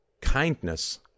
Kindness